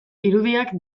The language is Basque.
irudiak